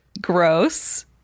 Gross